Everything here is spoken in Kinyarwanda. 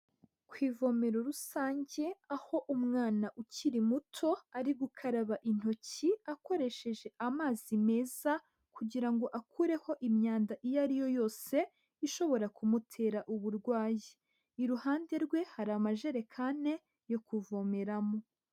Ku ivome rusange aho umwana ukiri muto ari gukaraba intoki akoresheje amazi meza kugira ngo akureho imyanda iyo ariyo yose ishobora kumutera uburwayi, iruhande rwe hari amajerekani yo kuvomeramo.